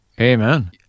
amen